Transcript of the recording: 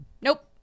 Nope